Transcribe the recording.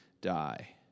die